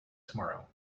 tomorrow